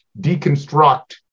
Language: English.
deconstruct